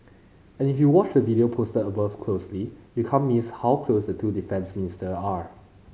and if you watch the video posted above closely you can't miss how close the two defence minister are